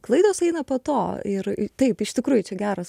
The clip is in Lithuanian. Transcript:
klaidos eina po to ir taip iš tikrųjų čia geras